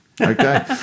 Okay